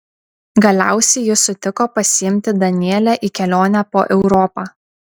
galiausiai jis sutiko pasiimti danielę į kelionę po europą